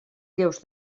lleus